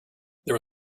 there